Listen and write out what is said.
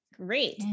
Great